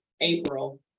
April